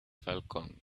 falcon